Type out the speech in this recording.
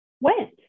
went